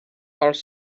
els